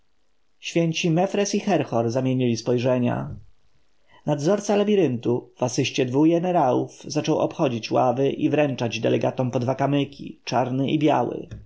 święci mefres i herhor zamienili spojrzenia nadzorca labiryntu w asystencji dwu jenerałów zaczął obchodzić ławy i wręczać delegatom po dwa kamyki czarny i biały